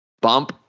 bump